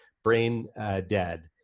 brain dead.